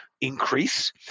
increase